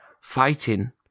fighting